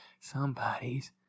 somebody's